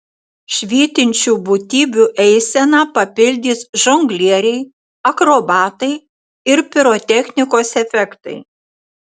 švytinčių būtybių eiseną papildys žonglieriai akrobatai ir pirotechnikos efektai